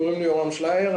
קוראים לי יורם שליאר,